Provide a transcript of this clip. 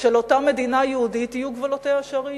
של אותה מדינה יהודית, יהיו גבולותיה אשר יהיו.